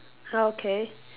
okay